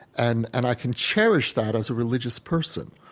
and and i can cherish that as a religious person.